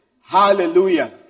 Hallelujah